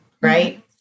right